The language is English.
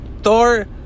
Thor